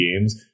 games